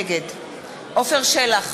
נגד עפר שלח,